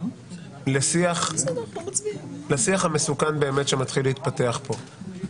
אני רוצה להתייחס לשיח המסוכן באמת שמתחיל להתפתח פה.